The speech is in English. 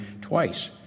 twice